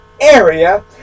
area